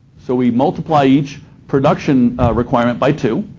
so we multiply each production requirement by two.